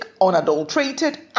unadulterated